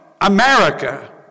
America